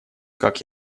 как